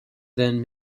then